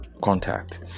contact